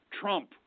Trump